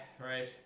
Right